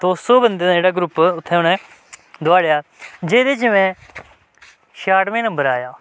दो सौ बंदे दा जेह्ड़ा ग्रुप उत्थै उ'नें दोआड़ेआ जेह्दे च में छेआह्टमें नंबर आया